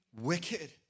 wicked